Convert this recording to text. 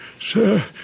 Sir